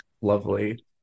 Lovely